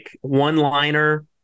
one-liner